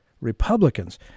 Republicans